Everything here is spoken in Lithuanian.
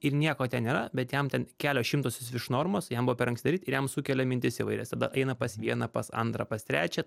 ir nieko ten nėra bet jam ten kelios šimtosios virš normos jam buvo per anksti daryt ir jam sukelia mintis įvairias tada eina pas vieną pas antrą pas trečią